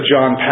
John